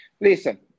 Listen